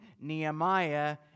Nehemiah